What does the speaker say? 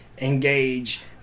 engage